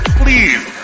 please